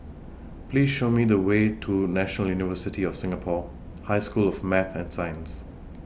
Please Show Me The Way to National University of Singapore High School of Math and Science